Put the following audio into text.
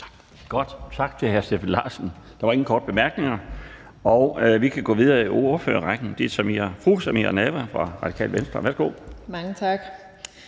Laustsen): Tak til hr. Steffen Larsen. Der er ingen korte bemærkninger, og vi kan gå videre i ordførerrækken. Det er fru Samira Nawa fra Radikale Venstre. Værsgo. Kl.